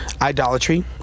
Idolatry